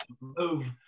move